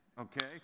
Okay